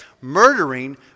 murdering